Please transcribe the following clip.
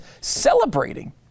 celebrating